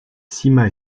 sima